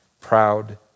proud